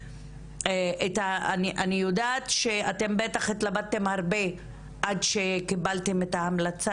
אני יודעת שאתם בטח התלבטתם הרבה עד שקיבלתם את ההמלצה